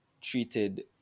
treated